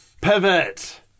Pivot